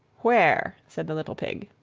where? said the little pig.